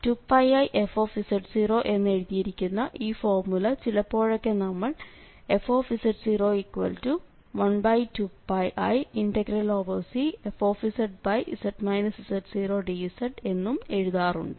2πif എന്ന് എഴുതിയിരിക്കുന്ന ഈ ഫോർമുല ചിലപ്പോഴൊക്കെ നമ്മൾ fz012πiCfz z0dz എന്നും എഴുതാറുണ്ട്